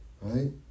Right